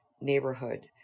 neighborhood